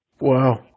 Wow